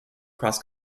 cross